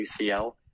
UCL